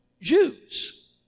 Jews